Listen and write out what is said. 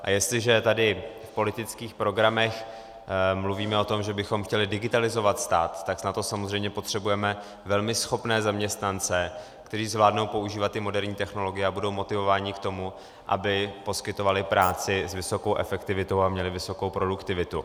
A jestliže tady v politických programech mluvíme o tom, že bychom chtěli digitalizovat stát, tak na to samozřejmě potřebujeme velmi schopné zaměstnance, kteří zvládnou používat i moderní technologie a budou motivováni k tomu, aby poskytovali práci s vysokou efektivitou a měli vysokou produktivitu.